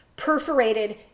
perforated